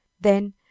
Then